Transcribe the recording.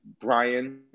Brian